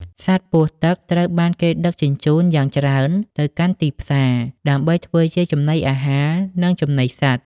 សត្វពស់ទឹកត្រូវបានគេដឹកជញ្ជូនយ៉ាងច្រើនទៅកាន់ទីផ្សារ ដើម្បីធ្វើជាចំណីអាហារ និងចំណីសត្វ។